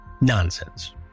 nonsense